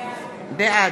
בעד